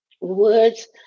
Words